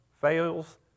fails